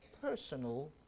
personal